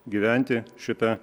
gyventi šitą